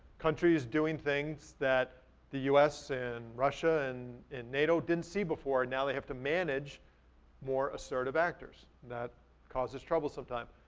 countries doing things that the us and russia and and nato didn't see before and now they have to manage more assertive actors. that causes trouble sometimes.